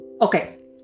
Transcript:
Okay